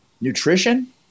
Nutrition